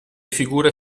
figure